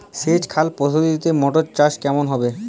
সেচ খাল পদ্ধতিতে মটর চাষ কেমন হবে?